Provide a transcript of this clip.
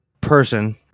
person